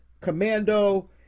commando